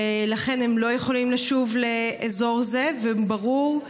ולכן הם לא יכולים לשוב לאזור זה, וברור,